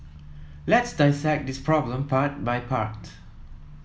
let's dissect this problem part by part